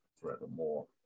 forevermore